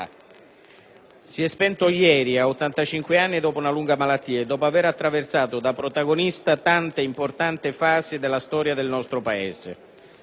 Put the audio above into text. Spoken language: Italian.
Si è spento ieri, a 83 anni, dopo una lunga malattia e dopo aver attraversato da protagonista tante importanti fasi della storia del nostro Paese.